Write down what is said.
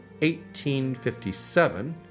1857